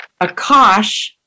Akash